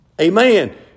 Amen